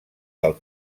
del